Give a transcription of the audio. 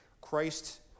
Christ